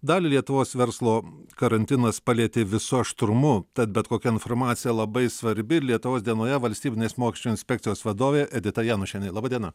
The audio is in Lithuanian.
dalį lietuvos verslo karantinas palietė visu aštrumu tad bet kokia informacija labai svarbi lietuvos dienoje valstybinės mokesčių inspekcijos vadovė edita janušienė laba diena